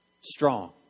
strong